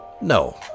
No